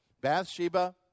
Bathsheba